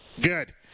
good